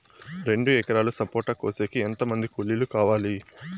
రెండు ఎకరాలు సపోట కోసేకి ఎంత మంది కూలీలు కావాలి?